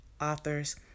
authors